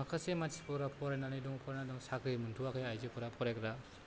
माखासे मानसिफोरा फरायनानै दं फरायनानै दं साख्रि मोनथ'आखै आइजोफोरा फरायग्राफ्रा